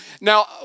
Now